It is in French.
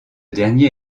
dernier